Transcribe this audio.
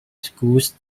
schools